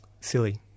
silly